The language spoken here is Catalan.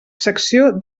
secció